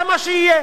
זה מה שיהיה.